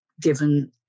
given